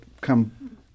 come